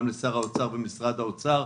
גם לשר האוצר ולמשרד האוצר,